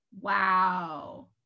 wow